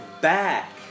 back